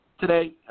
today